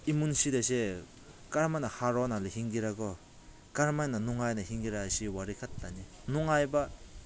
ꯏꯃꯨꯡꯁꯤꯗꯁꯦ ꯀꯔꯝ ꯍꯥꯏꯅ ꯍꯔꯥꯎꯅ ꯍꯤꯡꯒꯦꯔꯥ ꯀꯣ ꯀꯔꯝ ꯍꯥꯏꯅ ꯅꯨꯡꯉꯥꯏꯅ ꯍꯤꯡꯒꯦꯔꯥ ꯁꯤ ꯋꯥꯔꯤ ꯈꯛꯇꯅꯤ ꯅꯨꯡꯉꯥꯏꯕ